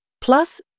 Plus